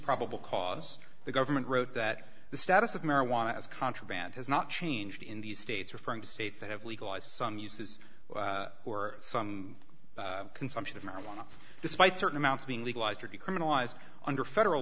probable cause the government wrote that the status of marijuana as contraband has not changed in these states referring to states that have legalized some uses or some consumption of marijuana despite certain amounts being legalized decriminalized under federal